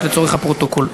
וזה רק לצורך הפרוטוקול.